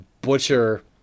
butcher